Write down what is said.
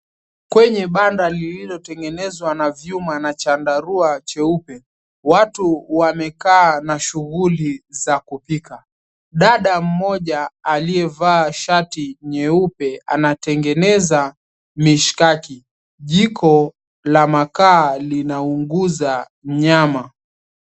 Kwenye banda lililotengenezwa na vyuma na chandarua cheupe. Watu wamekaa na shughuli za kupika. Dada mmoja aliyevaa shati nyeupe anatengeneza mishkaki. Jiko la makaa linaunguza nyama.